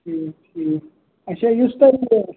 ٹھیٖک ٹھیٖک اَچھا یُس تۄہہِ